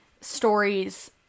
stories